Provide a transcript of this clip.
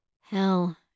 Hell